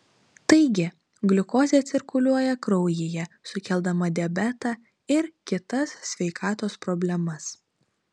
taigi gliukozė cirkuliuoja kraujyje sukeldama diabetą ir kitas sveikatos problemas